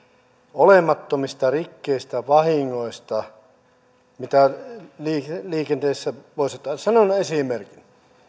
olemattomista rikkeistä vahingoista mitä liikenteessä vuosittain sanon esimerkin